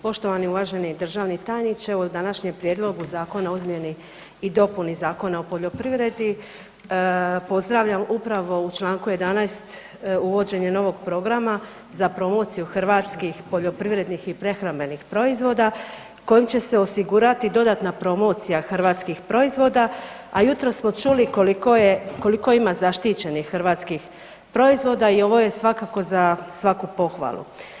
Poštovani i uvaženi državni tajniče, evo u današnjem prijedlogu zakona o izmjeni i dopuni Zakona o poljoprivredi pozdravljam upravo u čl. 11. uvođenje novog programa za promociju hrvatskih poljoprivrednih i prehrambenih proizvoda kojim će se osigurati dodatna promocija hrvatskih proizvoda, a jutros smo čuli koliko je, koliko ima zaštićenih hrvatskih proizvoda i ovo je svakako za svaku pohvalu.